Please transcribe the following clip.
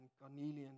carnelian